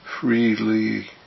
freely